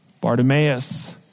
Bartimaeus